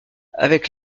avec